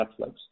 Netflix